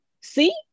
see